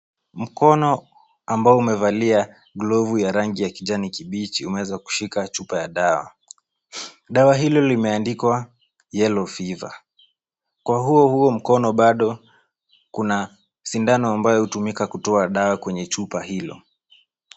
Mkono ambao umevalia glovu ya rangi ya kijani kibichi umeweza kushika chupa ya dawa. Dawa hilo limeandikwa yellow fever . Kwa huo huo mkono bado, kuna sindano ambayo hutumika kutoa dawa kwenye chupa hilo.